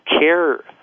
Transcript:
care